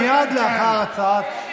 מייד לאחר הצעת,